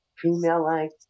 female-like